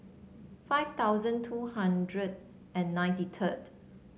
five thousand two hundred and ninety third